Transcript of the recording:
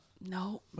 No